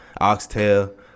oxtail